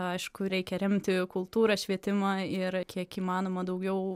aišku reikia remti kultūrą švietimą ir kiek įmanoma daugiau